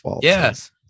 yes